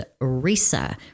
RISA